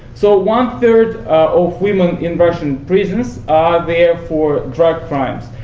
so one third of women in russian prisons are there for drug crimes.